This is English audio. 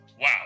wow